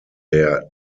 der